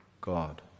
God